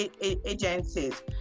agencies